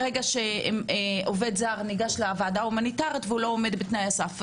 ברגע שעובד זר ניגש לוועדה ההומניטארית והוא לא עומד בתנאי הסף,